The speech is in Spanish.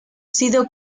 sido